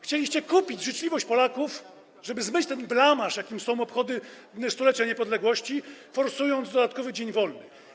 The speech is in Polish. Chcieliście kupić życzliwość Polaków, żeby zmyć ten blamaż, jakim są obchody 100-lecia niepodległości, forsując dodatkowy dzień wolny.